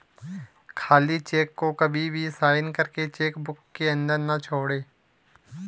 खाली चेक को कभी भी साइन करके चेक बुक के अंदर न छोड़े